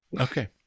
Okay